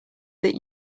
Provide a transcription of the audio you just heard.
that